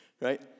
Right